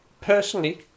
personally